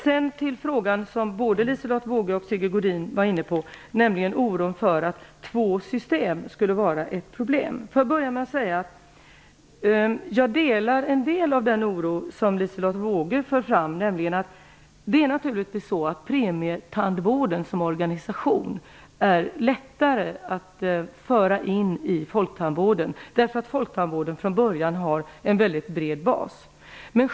Både Sigge Godin och Liselotte Wågö var oroliga för att två ersättningssystem skulle innebära problem. Jag delar delvis den oro som Liselotte Wågö förde fram. Det är naturligtvis så att premietandvården som organisation är lättare att föra in i folktandvården, därför att folktandvården från början har en bred bas.